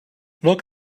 look